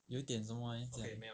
有点这么 eh 这样